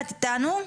את איתנו?